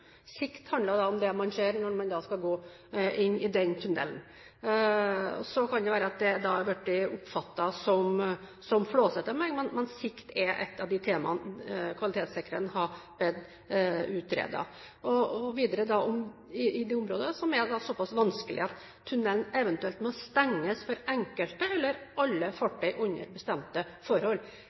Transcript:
Sikt handler om det man ser når man skal gå inn i den tunnelen. Så kan det være at det har blitt oppfattet som flåsete, og kanskje handler det om min bruk av dialekt, men sikt er ett av de temaene kvalitetssikrerne har bedt om blir utredet i det området som er så vanskelig at tunnelen eventuelt må stenges for enkelte eller for alle fartøy under bestemte forhold.